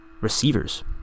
receivers